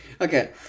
Okay